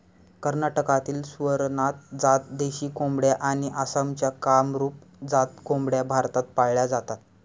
कर्नाटकातील स्वरनाथ जात देशी कोंबड्या आणि आसामच्या कामरूप जात कोंबड्या भारतात पाळल्या जातात